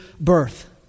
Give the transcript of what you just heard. birth